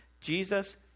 Jesus